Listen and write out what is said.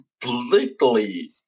completely